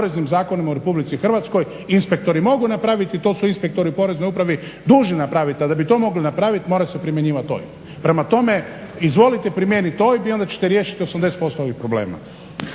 poreznim zakonima u Republici Hrvatskoj inspektori mogu napraviti. To su inspektori Porezne uprave dužni napraviti, a da bi to mogli napraviti mora se primjenjivati OIB. Prema tome, izvolite primijeniti OIB i onda ćete riješiti 80% ovih problema.